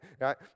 right